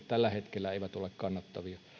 tällä hetkellä eivät ole kannattavia